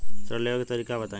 ऋण लेवे के तरीका बताई?